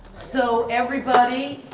so everybody!